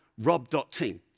rob.team